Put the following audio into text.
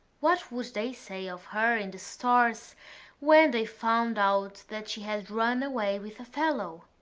what would they say of her in the stores when they found out that she had run away with a fellow?